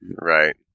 Right